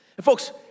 Folks